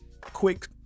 quick